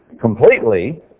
completely